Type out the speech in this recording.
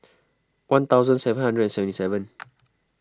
one thousand seven hundred and seventy seven